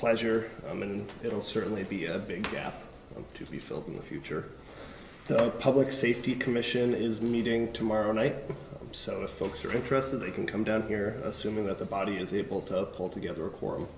pleasure and it will certainly be a big gap to be filled in the future public safety commission is meeting tomorrow night so if folks are interested they can come down here assuming that the body is able to hold together a quorum